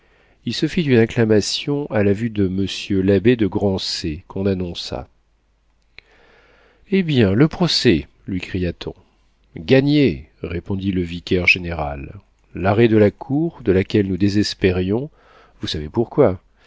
il se fit une acclamation à la vue de monsieur l'abbé de grancey qu'on annonça eh bien le procès lui cria-t-on gagné répondit le vicaire-général l'arrêt de la cour de laquelle nous désespérions vous saviez pourquoi